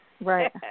Right